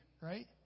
right